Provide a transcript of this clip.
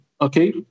okay